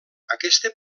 aquesta